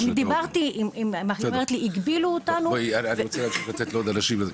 אני רוצה להמשיך לתת לעוד אנשים.